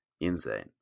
Insane